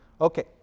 Okay